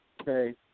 okay